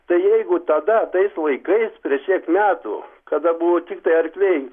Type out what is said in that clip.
tai jeigu tada tais laikais prieš tiek metų kada buvo tiktai arkliai